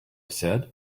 said